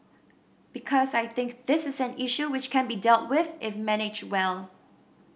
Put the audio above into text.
because I think this is an issue which can be dealt with if managed well